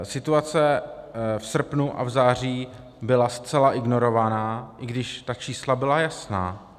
Situace v srpnu a v září byla zcela ignorována, i když čísla byla jasná.